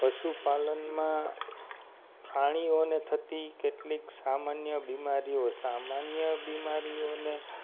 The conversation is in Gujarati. પશુપાલનમાં પ્રાણીઓને થતી કેટલીક સામાન્ય બીમારીઓ સામાન્ય બીમારીઓને